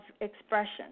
expression